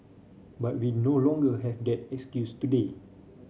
but we no longer have that excuse today